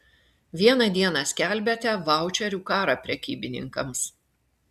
vieną dieną skelbiate vaučerių karą prekybininkams